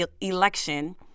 election